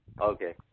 Okay